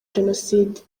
jenoside